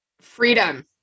Freedom